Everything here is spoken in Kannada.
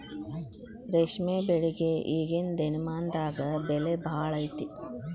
ರೇಶ್ಮೆ ಬೆಳಿಗೆ ಈಗೇನ ದಿನಮಾನದಾಗ ಬೆಲೆ ಭಾಳ ಐತಿ